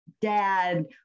dad